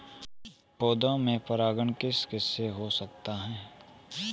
पौधों में परागण किस किससे हो सकता है?